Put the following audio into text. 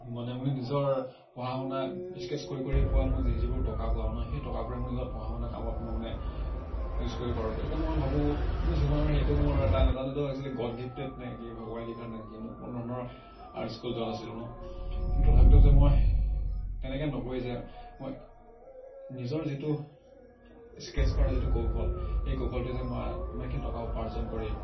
মানে মোৰ নিজৰ পঢ়া শুনা স্কেটছ কৰি কৰি পোৱা মই যিবোৰ টকা পাওঁ ন সেই টকাবোৰে মোৰ নিজৰ পঢ়া শুনা কামত মই মানে ইউজ কৰিব পাৰোঁ গতিকে মই ভাৱো মোৰ জীৱনৰ সেইটো মোৰ এটা নাজানো তো এক্সুৱেলি গড্ গিফ্টেড নে কি ভগৱানে দি পঠোৱা নে কি মোৰ কোনোধৰণৰ আৰ্ট স্কুল যোৱা নাছিলো ন কিন্তু তথাপিতো যে মই তেনেকে নগৈ যে মই নিজৰ যিটো স্কেটছ কৰাৰ যিটো কৌশল সেই কৌশলটোৱে যে মই ইমানখিনি টকা উপাৰ্জন কৰি